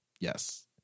Yes